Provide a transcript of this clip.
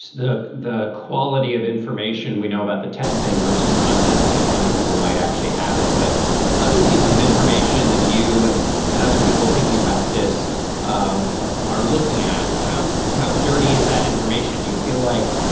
the the quality of information we know about the testing versus non testing? how many people might actually have it? but other pieces of information that you and and other people thinking about this ah are looking at how how dirty is that information? do you feel like